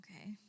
okay